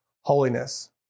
holiness